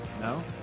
No